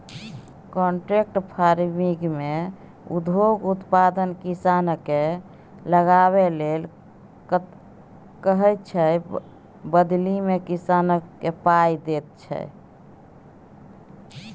contract फार्मिंगमे उद्योग उत्पाद किसानकेँ लगाबै लेल कहैत छै बदलीमे किसानकेँ पाइ दैत छै